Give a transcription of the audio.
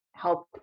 Help